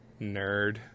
nerd